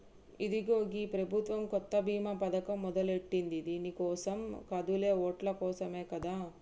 ఇదిగో గీ ప్రభుత్వం కొత్త బీమా పథకం మొదలెట్టింది దీని కోసం కాదులే ఓట్ల కోసమే కదా